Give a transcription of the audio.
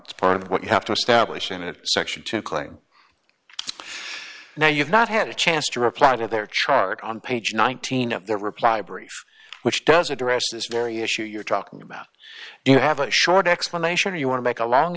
is part of what you have to establish in that section to claim now you've not had a chance to reply to their charge on page nineteen of their reply brief which does address this very issue you're talking about do you have a short explanation or you want to make a long